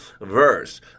verse